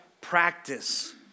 practice